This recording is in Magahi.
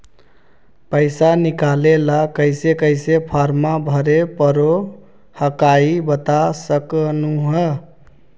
पैसा निकले ला कैसे कैसे फॉर्मा भरे परो हकाई बता सकनुह?